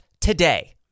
today